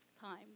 time